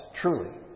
Truly